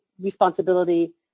responsibility